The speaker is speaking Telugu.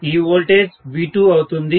ఇపుడు ఈ వోల్టేజ్ V2 అవుతుంది